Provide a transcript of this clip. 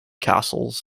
castles